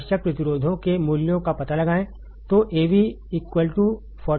आवश्यक प्रतिरोधों के मूल्यों का पता लगाएं